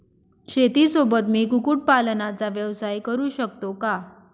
शेतीसोबत मी कुक्कुटपालनाचा व्यवसाय करु शकतो का?